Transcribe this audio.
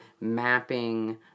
mapping